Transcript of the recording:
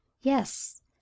yes